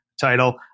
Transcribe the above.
title